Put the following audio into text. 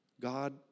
God